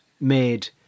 made